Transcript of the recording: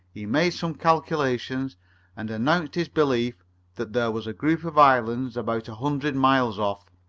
he made some calculations and announced his belief that there was a group of islands about a hundred miles off.